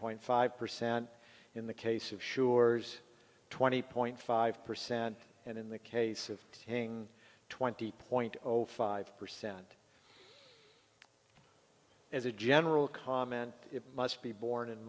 point five percent in the case of sure's twenty point five percent and in the case of paying twenty point zero five percent as a general comment it must be borne in